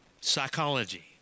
psychology